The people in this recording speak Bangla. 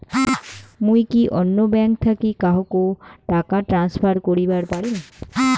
মুই কি অন্য ব্যাঙ্ক থাকি কাহকো টাকা ট্রান্সফার করিবার পারিম?